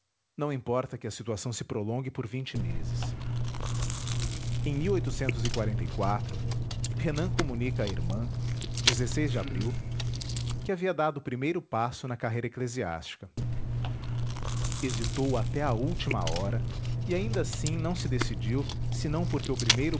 não importa que a situação se prolongue por vinte meses m enan comunica à irmã que havia dado o primeiro passo na carreira eclesiástica hesitou até à última hora e ainda assim não se decidiu senão www nead unama br porque o primeiro